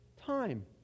time